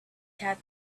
cat